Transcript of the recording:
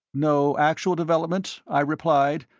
no actual development? i replied,